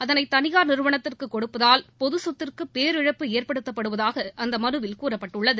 அதனை தனியார் நிறுவனத்துக்கு கொடுப்பதால் பொதுச்சொத்துக்கு பேரிழப்பு ஏற்படுத்தப்படுவதாக அந்த மனுவில் கூறப்பட்டுள்ளது